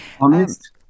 Honest